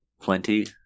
plenty